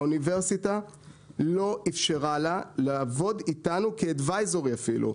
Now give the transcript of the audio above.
האוניברסיטה לא אפשרה לה לעבוד איתנו כיועצת אפילו,